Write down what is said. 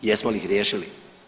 Jesmo li ih riješili?